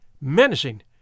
menacing